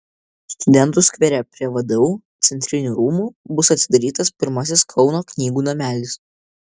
studentų skvere prie vdu centrinių rūmų bus atidarytas pirmasis kauno knygų namelis